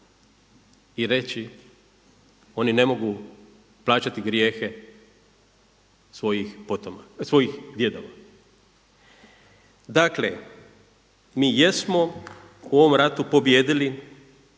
i reći oni ne mogu plaćati grijehe svojih djedova. Dakle, mi jesmo u ovom ratu pobijedili,